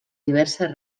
diverses